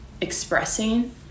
expressing